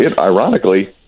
ironically